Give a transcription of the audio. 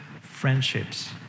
friendships